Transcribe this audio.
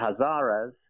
Hazaras